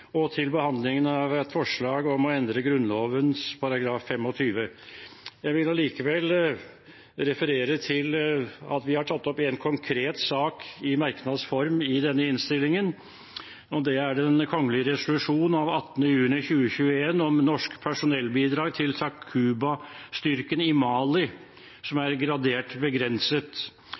og behandlingen av et forslag om å endre Grunnloven § 25. Jeg vil allikevel referere til at vi har tatt opp en konkret sak i merknads form i denne innstillingen. Det er en kongelig resolusjon av 18. juni 2021, om Norske personellbidrag til Takuba-styrken i Mali, som er gradert BEGRENSET,